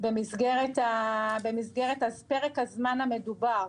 במסגרת פרק הזמן המדובר,